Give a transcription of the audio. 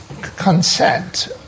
consent